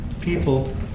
people